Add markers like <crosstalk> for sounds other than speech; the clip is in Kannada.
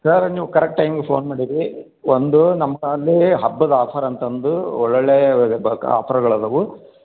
ಸರ್ ನೀವು ಕರೆಕ್ಟ್ ಟೈಮಿಗೆ ಫೋನ್ ಮಾಡಿರಿ ಒಂದು ನಮ್ಮ ಅಲ್ಲಿ ಹಬ್ಬದ ಆಫರ್ ಅಂತಂದು ಒಳೊಳ್ಳೆಯ <unintelligible> ಆಫರ್ಗಳು ಅದವು